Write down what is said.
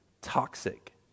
toxic